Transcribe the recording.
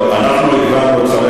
את מי זה מעניין, שעון קיץ?